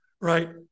Right